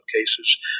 cases